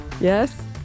Yes